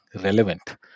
relevant